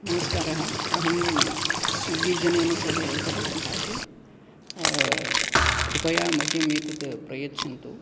नमस्कारः अहं स्विग्गि जनेन सह एव खलु भाष्ये कृपया मह्यम् एतत् प्रयच्छन्तु